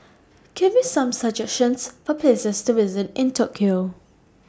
Give Me Some suggestions For Places to visit in Tokyo